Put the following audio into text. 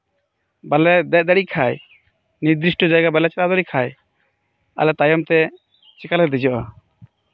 ᱵᱟᱝᱞᱮ ᱫᱮᱡ ᱫᱟᱲᱮᱭᱟᱜ ᱠᱷᱟᱱ ᱱᱤᱨᱫᱤᱥᱴᱚ ᱡᱟᱭᱜᱟ ᱵᱟᱞᱮ ᱪᱟᱞᱟᱣ ᱫᱟᱲᱮ ᱠᱷᱟᱱ ᱟᱞᱮ ᱛᱟᱭᱚᱢ ᱛᱮ ᱪᱤᱠᱟᱹ ᱞᱮ ᱫᱮᱡᱚᱜᱼᱟ